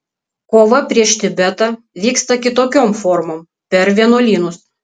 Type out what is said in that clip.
kova prieš tibetą vyksta kitokiom formom per vienuolynus